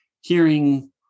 hearing